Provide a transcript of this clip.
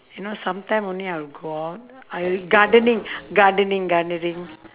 you know sometime only I'll go out I'll gardening gardening gardening